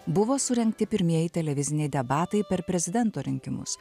buvo surengti pirmieji televiziniai debatai per prezidento rinkimus